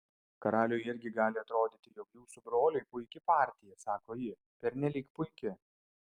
karaliui irgi gali atrodyti jog jūsų broliui puiki partija sako ji pernelyg puiki